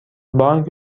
بانک